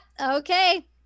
okay